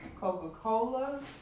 Coca-Cola